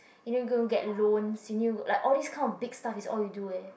you don't go get loans you knew like all this kind of big stuff is all is you do eh